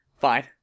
Fine